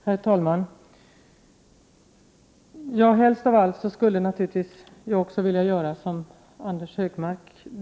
Herr talman! Helst av allt skulle jag naturligtvis vilja göra som Anders G Högmark.